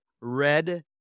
red